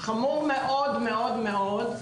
חמור מאוד מאוד מאוד.